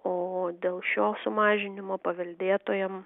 o dėl šio sumažinimo paveldėtojam